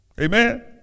Amen